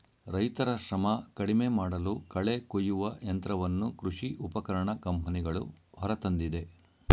ರೈತರ ಶ್ರಮ ಕಡಿಮೆಮಾಡಲು ಕಳೆ ಕುಯ್ಯುವ ಯಂತ್ರವನ್ನು ಕೃಷಿ ಉಪಕರಣ ಕಂಪನಿಗಳು ಹೊರತಂದಿದೆ